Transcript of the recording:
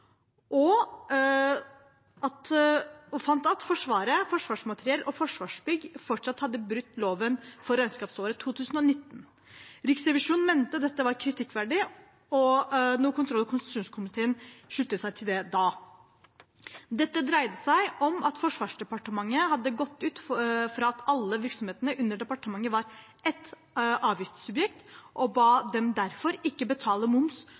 fant de at Forsvaret, Forsvarsmateriell og Forsvarsbygg fortsatt hadde brutt loven for regnskapsåret 2019. Riksrevisjonen mente dette var kritikkverdig, noe kontroll- og konstitusjonskomiteen da sluttet seg til. Dette dreide seg om at Forsvarsdepartementet hadde gått ut fra at alle virksomhetene under departementet var ett avgiftssubjekt, og derfor ikke ba dem betale moms